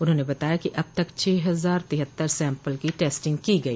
उन्होंने बताया कि अब तक छह हजार तिहत्तर सैम्पल की टेस्टिंग की गई